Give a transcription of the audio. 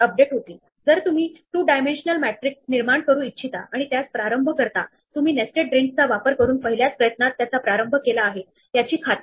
आता या पॉईंटवर माझी क्यू रिकामी झाली आहे आणि क्यू रिकामी झाल्यामुळे मी इथे थांबेल आणि मला इंटरेस्ट असलेला 11 हा स्क्वेअर मार्क झालेला नाही असे दिसत आहे